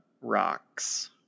Rocks